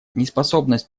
неспособность